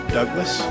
Douglas